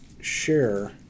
share